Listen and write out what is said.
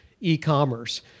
e-commerce